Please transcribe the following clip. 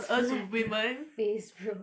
slap their face bro